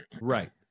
Right